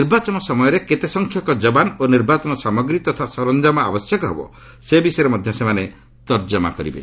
ନିର୍ବାଚନ ସମୟରେ କେତେ ସଂଖ୍ୟକ ଯବାନ ଓ ନିର୍ବାଚନ ସାମଗ୍ରୀ ତଥା ସରଞ୍ଜାମ ଆବଶ୍ୟକ ହେବ ସେ ବିଷୟରେ ମଧ୍ୟ ସେମାନେ ତର୍ଜମା କରିବେ